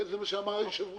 זה מה שאמר היושב-ראש.